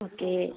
okay